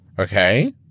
Okay